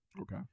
okay